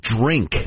drink